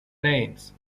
names